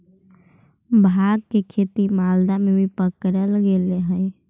भाँग के खेती मालदा में भी पकडल गेले हलई